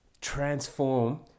transform